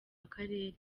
akarere